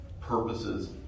purposes